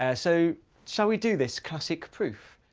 ah so shall we do this classic proof?